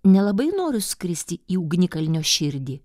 nelabai noriu skristi į ugnikalnio širdį